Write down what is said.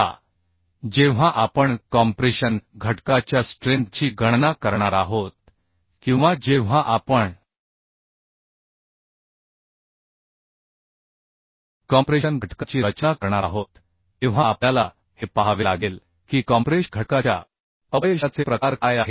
आता जेव्हा आपण कॉम्प्रेशन घटका च्या स्ट्रेंथची गणना करणार आहोत किंवा जेव्हा आपण कॉम्प्रेशन घटकाची रचना करणार आहोत तेव्हा आपल्याला हे पाहावे लागेल की कॉम्प्रेश घटकाच्या अपयशाचे प्रकार काय आहेत